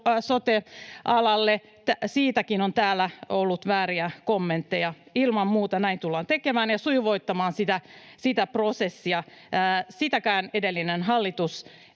sote-alalle. Siitäkin on täällä ollut vääriä kommentteja. Ilman muuta näin tullaan tekemään ja sujuvoittamaan sitä prosessia. Sitäkään edellinen hallitus